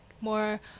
more